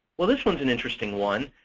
well, this one's an interesting one.